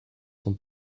son